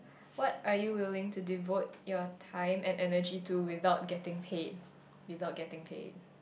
what are you willing to devote your time and energy to without getting paid without getting paid